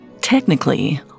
Technically